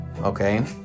okay